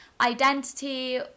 identity